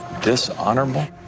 Dishonorable